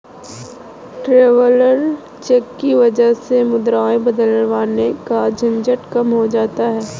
traveller cheque की वजह से मुद्राएं बदलवाने का झंझट कम हो जाता है